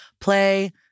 play